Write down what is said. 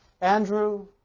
Andrew